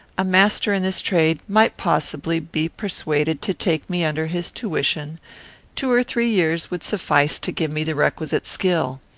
a master in this trade might possibly be persuaded to take me under his tuition two or three years would suffice to give me the requisite skill.